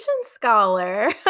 scholar